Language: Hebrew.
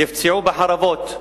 נפצעו בחרבות,